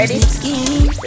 Ready